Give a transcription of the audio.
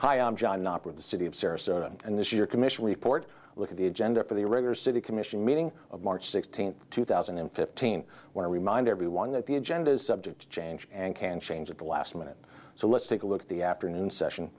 hi i'm john knopper the city of sarasota and this year commission report look at the agenda for the regular city commission meeting of march sixteenth two thousand and fifteen when i remind everyone that the agenda is subject to change and can change at the last minute so let's take a look at the afternoon session